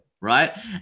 Right